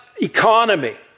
economy